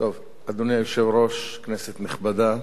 אדוני היושב-ראש, כנסת נכבדה,